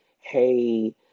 hey